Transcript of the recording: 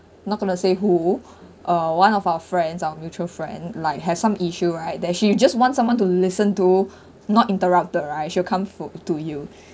not going to say who uh one of our friends our mutual friend like has some issue right that she just want someone to listen to not interrupted right she will come fo~ to you